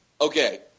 okay